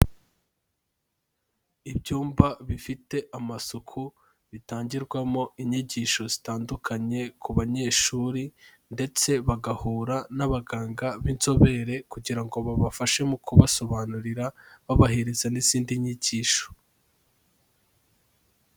Ibyumba bifite amasuku bitangirwamo inyigisho zitandukanye ku banyeshuri ndetse bagahura n'abaganga b'inzobere kugira ngo babafashe mu kubasobanurira babahereza n'izindi nyigisho.